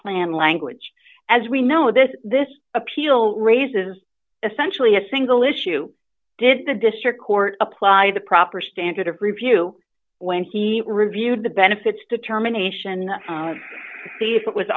plan language as we know this this appeal raises essentially a single issue did the district court apply the proper standard of review when he reviewed the benefits determination see if it was